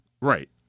Right